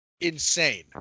insane